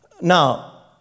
now